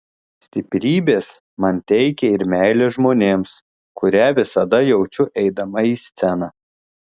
stiprybės man teikia ir meilė žmonėms kurią visada jaučiu eidama į sceną